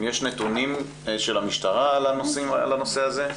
יש נתונים של המשטרה על הנושא הזה?